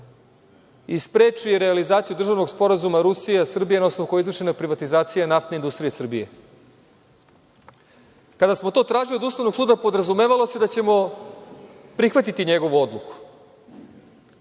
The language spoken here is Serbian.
i spreči realizaciju državnog sporazuma Rusija-Srbija, na osnovu koja je izvršena privatizacija Naftne industrije Srbije. Kada smo to tražili od Ustavnog suda, podrazumevalo se da ćemo prihvatiti njegovu odluku.